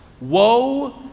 Woe